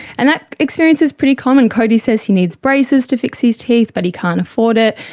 and that experience is pretty common. cody says he needs braces to fix his teeth but he can't afford it.